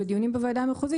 בדיונים בוועדה המחוזית,